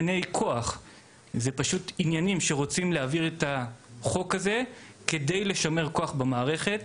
אפשר להעביר את החוק הזה כדי לשמר כוח במערכת.